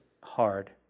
hard